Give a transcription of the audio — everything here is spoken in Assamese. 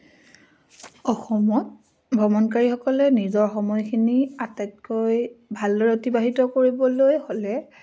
অসমত ভ্ৰমণকাৰীসকলে নিজৰ সময়খিনি আটাইতকৈ ভালদৰে অতিবাহিত কৰিবলৈ হ'লে